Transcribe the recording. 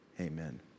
Amen